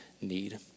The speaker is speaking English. need